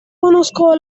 conosco